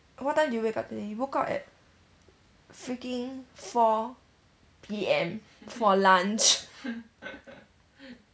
what time did you wake up today you woke up at freaking four P_M for lunch